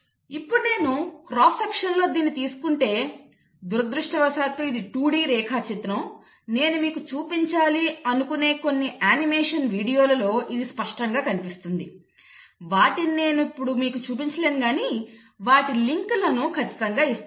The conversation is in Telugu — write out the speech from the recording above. ఇప్పుడు నేను క్రాస్ సెక్షన్ లో దీన్ని తీసుకుంటే దురదృష్టవశాత్తూ ఇది 2 D రేఖాచిత్రం నేను మీకు చూపించాలి అనుకొనే కొన్ని యానిమేషన్ వీడియోలలో ఇది స్పష్టంగా కనిపిస్తుంది వాటిని నేను మీకు ఇప్పుడు చూపించలేను కానీ వాటి లింక్లను ఖచ్చితంగా ఇస్తాను